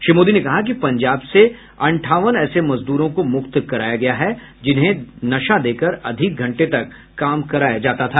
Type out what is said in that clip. श्री मोदी ने कहा कि पंजाब से अंठावन ऐसे मजदूरों को मुक्त कराया गया है जिन्हें नशा देकर अधिक घंटे तक काम कराया जाता था